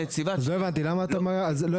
אז לא הבנתי, אז למה אתה צריך אותם?